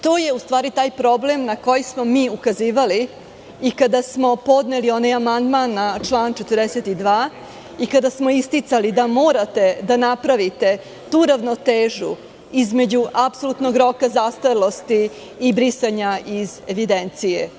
To je, u stvari, taj problem na koji smo ukazivali i kada smo podneli onaj amandman na član 42. i kada smo isticali da morate da napravite tu ravnotežu između apsolutnog roka zastarelosti i brisanja iz kaznene evidencije.